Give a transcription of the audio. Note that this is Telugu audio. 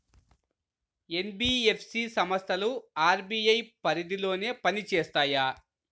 ఎన్.బీ.ఎఫ్.సి సంస్థలు అర్.బీ.ఐ పరిధిలోనే పని చేస్తాయా?